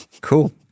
Cool